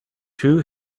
two